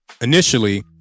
initially